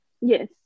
Yes